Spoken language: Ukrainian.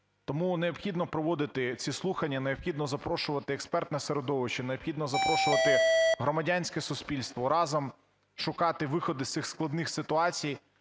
Тому необхідно проводити ці слухання, необхідно запрошувати експертне середовище, необхідно запрошувати громадянське суспільство. Разом шукати виходи з цих складних ситуацій